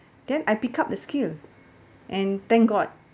then I pick up the skill and thank god